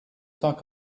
talk